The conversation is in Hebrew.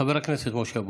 חבר הכנסת משה אבוטבול.